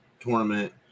tournament